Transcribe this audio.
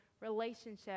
relationship